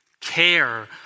Care